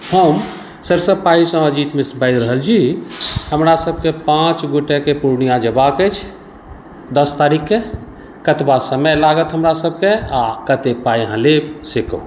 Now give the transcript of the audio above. हम सरिसव पाहीसँ अजित मिश्र बाजि रहल छी हमरा सबके पांँच गोटेके पूर्णिया जएबाक अछि दश तारीखके कतबा समय लागत हमरा सबके आ कते पाइ अहाँ लेब से कहू